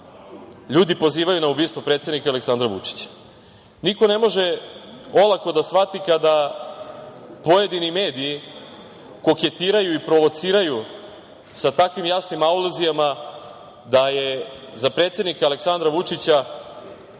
ljudi pozivaju na ubistvo predsednika Aleksandra Vučića. Niko ne može olako da shvati kada pojedini mediji koketiraju i provociraju sa takvim jasnim aluzijama da je za predsednika Aleksandra Vučića